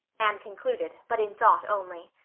anne concluded, but in thought only.